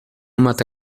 mata